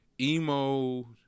emo